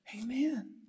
Amen